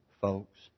folks